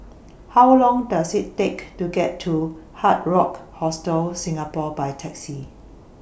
How Long Does IT Take to get to Hard Rock Hostel Singapore By Taxi